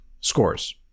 scores